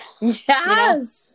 Yes